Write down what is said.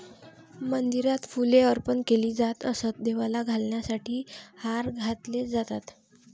मंदिरात फुले अर्पण केली जात असत, देवाला घालण्यासाठी हार घातले जातात